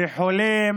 בחולים